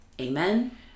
Amen